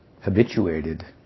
habituated